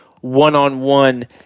one-on-one